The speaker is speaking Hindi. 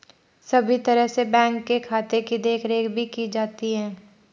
सभी तरह से बैंक के खाते की देखरेख भी की जाती है